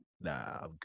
Nah